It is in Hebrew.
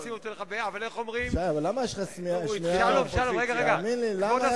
שי, למה יש לך שמיעה, לא,